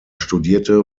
studierte